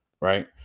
Right